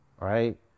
right